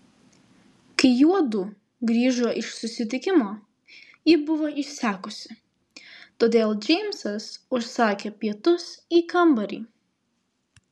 kai juodu grįžo iš susitikimo ji buvo išsekusi todėl džeimsas užsakė pietus į kambarį